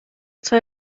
zwei